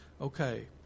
okay